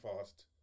fast